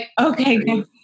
okay